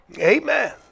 Amen